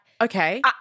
Okay